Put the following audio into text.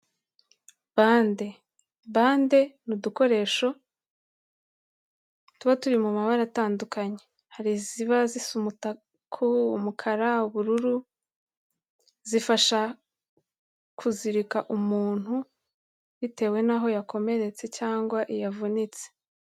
Bande, bande ni udukoresho tuba turi mu mabara atandukanye, hari iziba zisa umutaku, umukara, ubururu, zifasha kuzirika umuntu bitewe naho yakomeretse cyangwa yavunitse.